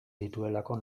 dituelako